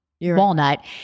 Walnut